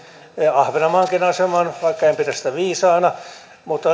ahvenanmaankin aseman vaikka en pidä sitä viisaana mutta